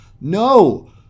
no